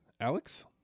Alex